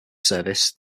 service